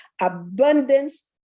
abundance